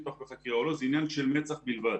זה עניין של מצ"ח בלבד.